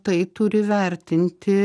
tai turi vertinti